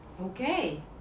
Okay